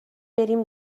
بریم